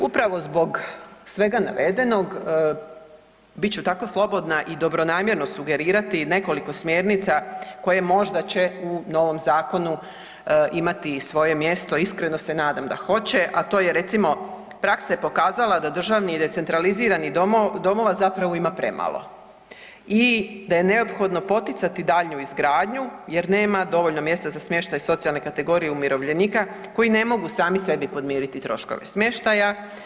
Upravo zbog svega navedenog bit ću tako slobodna i dobronamjerno sugerirati nekoliko smjernica koje možda će u novom zakonu imati i svoje mjesto, iskreno se nadam da hoće, a to je recimo, praksa je pokazala da državnih i decentraliziranih domova zapravo ima premalo i da je neophodno poticati daljnju izgradnju jer nema dovoljno mjesta za smještaj socijalne kategorije umirovljenika koji ne mogu sami sebi podmiriti troškove smještaja.